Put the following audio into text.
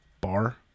bar